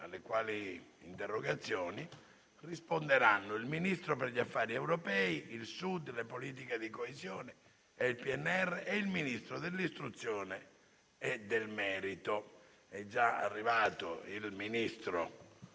alle quali risponderanno il Ministro per gli affari europei, il Sud, le politiche di coesione e il PNRR e il Ministro dell'istruzione e del merito. Il senatore Magni